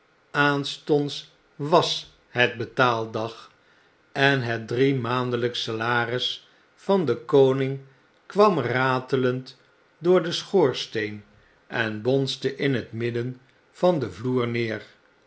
aanstonds was het betaaldag en hetdriemaandelijksch salaris van den koning kwam ratelend door den schoorsteen en bonsde in het midden van den vloer neer